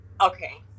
Okay